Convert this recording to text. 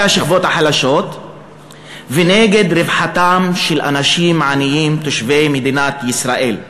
השכבות החלשות ונגד רווחתם של אנשים עניים תושבי מדינת ישראל.